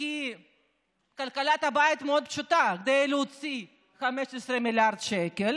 כי כלכלת הבית מאוד פשוטה: כדי להוציא 15 מיליארד שקל